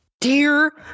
dear